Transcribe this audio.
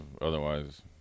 Otherwise